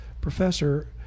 professor